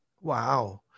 Wow